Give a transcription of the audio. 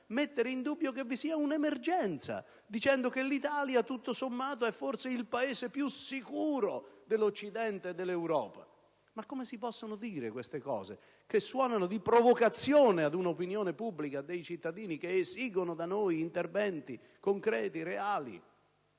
addirittura in dubbio che vi sia un'emergenza e affermare che l'Italia, tutto sommato, è forse il Paese più sicuro dell'Occidente e dell'Europa. Ma come si possono dire queste cose, che suonano come una provocazione ad un'opinione pubblica e a dei cittadini che esigono da noi interventi concreti e reali?